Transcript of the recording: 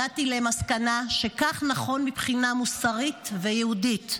הגעתי למסקנה שכך נכון מבחינה מוסרית ויהודית,